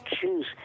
choose